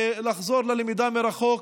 ולחזור ללמידה מרחוק,